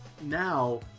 now